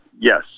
yes